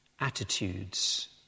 attitudes